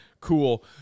Cool